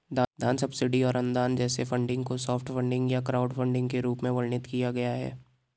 दान सब्सिडी और अनुदान जैसे फंडिंग को सॉफ्ट फंडिंग या क्राउडफंडिंग के रूप में वर्णित किया गया है